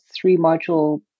three-module